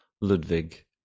Ludwig